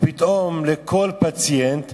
שפתאום לכל פציינט